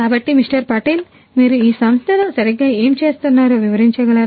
కాబట్టి మిస్టర్ పటేల్ మీరు ఈ సంస్థలో సరిగ్గా ఏమి చేస్తున్నారో వివరించగలరా